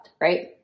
right